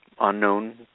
unknown